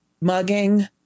mugging